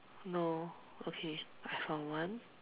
no okay I found one